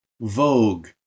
Vogue